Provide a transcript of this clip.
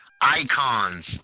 icons